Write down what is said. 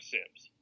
Sims